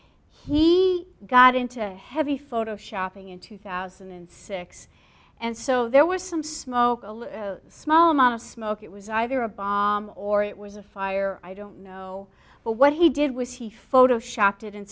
he got into heavy photoshopping in two thousand and six and so there was some smoke a little small amount of smoke it was either a bomb or it was a fire i don't know but what he did was he photo shopped it and